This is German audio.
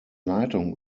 leitung